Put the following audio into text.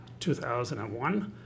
2001